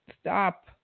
stop